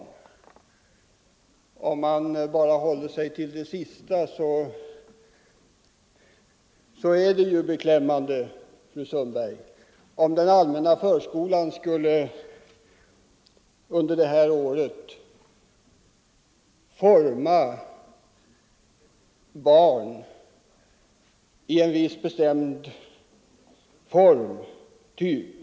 Och om man bara håller sig till det sista uttrycket, så är det ju beklämmande, fru Sundberg, om den allmänna förskolan skulle under det här året forma barn av en viss bestämd typ.